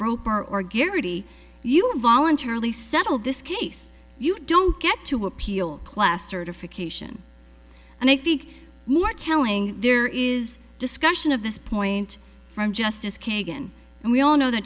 roper or guarantee you voluntarily settle this case you don't get to appeal class certification and i think more telling there is discussion of this point from justice kagan and we all know th